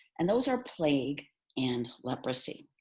and those are plague and leprosy.